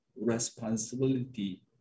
responsibility